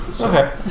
Okay